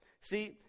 See